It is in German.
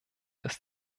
ist